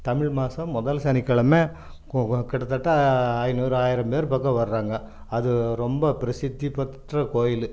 தமிழ் மாதம் முதல் சனிக்கெழமை கிட்டத்தட்ட ஐநூறு ஆயிரம் பேர் பக்கம் வர்றாங்க அது ரொம்ப பிரசித்தி பெற்ற கோவிலு